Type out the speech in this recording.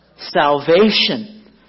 salvation